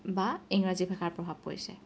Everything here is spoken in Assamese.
বা ইংৰাজী ভাষাৰ প্ৰভাৱ পৰিছে